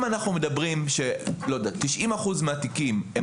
אם אנחנו מדברים על כך ש-90 אחוזים מהתיקים הם